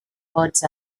vots